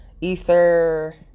Ether